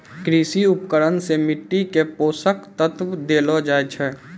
कृषि उपकरण सें मिट्टी क पोसक तत्व देलो जाय छै